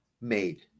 made